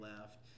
left